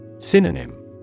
Synonym